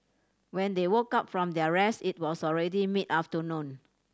when they woke up from their rest it was already mid afternoon